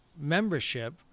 membership